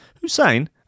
Hussein